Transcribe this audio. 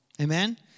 Amen